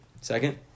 Second